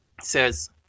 says